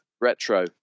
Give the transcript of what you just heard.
retro